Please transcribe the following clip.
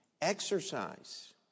Exercise